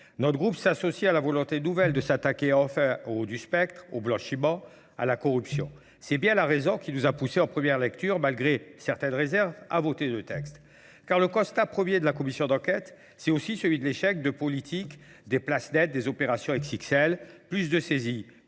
Notre groupe s'associe à la volonté nouvelle de s'attaquer au haut du spectre, au blanchiment, à la corruption. C'est bien la raison qui nous a poussé en première lecture, malgré certaines réserves, à voter le texte. Car le constat premier de la Commission d'enquête, c'est aussi celui de l'échec de politique des places nettes des opérations XXL. Plus de saisies,